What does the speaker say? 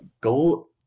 go